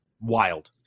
wild